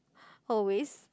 always